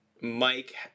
mike